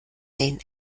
zehn